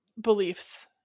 beliefs